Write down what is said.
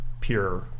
pure